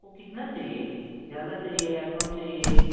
आपको कितना चाहिए ज़्यादा चाहिए या कम चाहिए